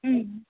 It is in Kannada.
ಹ್ಞೂ